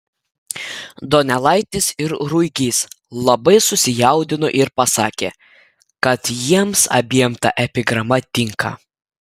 donelaitis ir ruigys labai susijaudino ir pasakė kad jiems abiem ta epigrama tinka